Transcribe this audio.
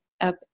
up